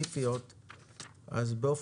כל הסרת רגולציה כזאת מסירה חסמים.